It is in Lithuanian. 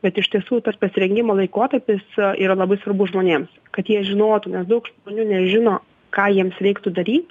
bet iš tiesų tas pasirengimo laikotarpis yra labai svarbus žmonėms kad jie žinotų nes daug žmonių nežino ką jiems reiktų daryt